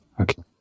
Okay